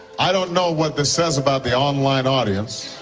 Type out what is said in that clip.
i don't know what this says about the online audience.